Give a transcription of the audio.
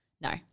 no